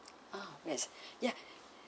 ah yes yeah